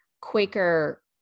Quaker